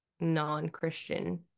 non-christian